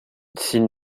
s’ils